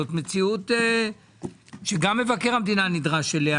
זו מציאות שגם מבקר המדינה נדרש אליה,